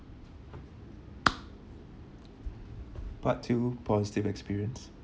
part two positive experience